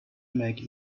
make